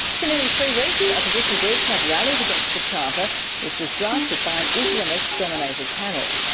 for nearly three weeks opposition groups have rallied against the charter which was drafted by an islamist-dominated panel.